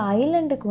island